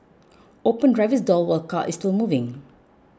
open driver's door while car is still moving